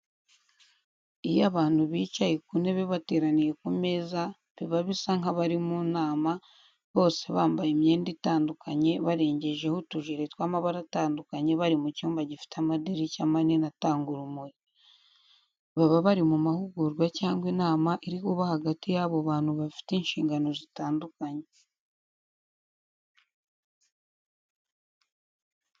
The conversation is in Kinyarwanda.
Iyo abantu bicaye ku ntebe bateraniye ku meza biba bisa nk'abari mu nama, bose bambaye imyenda itandukanye barengejeho utujire tw'amabara atandukanye bari mu cyumba gifite amadirishya manini atanga urumuri. Baba bari mu mahugurwa cyangwa inama iri kuba hagati yabo bantu bafite inshingano zitandukanye.